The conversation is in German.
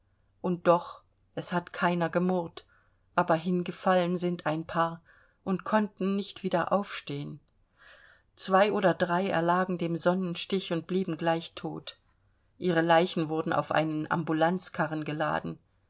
und doch es hat keiner gemurrt aber hingefallen sind ein paar und konnten nicht wieder aufstehen zwei oder drei erlagen dem sonnenstich und blieben gleich tot ihre leichen wurden auf einen ambulanzkarren geladen